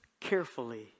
carefully